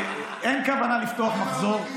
אין כוונה לפתוח מחזור,